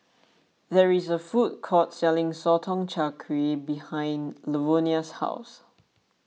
there is a food court selling Sotong Char Kway behind Lavonia's house